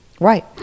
Right